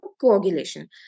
coagulation